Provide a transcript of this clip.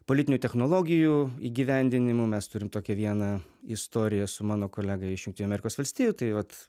politinių technologijų įgyvendinimu mes turim tokią vieną istoriją su mano kolega iš jungtinių amerikos valstijų tai vat